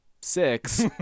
Six